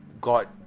god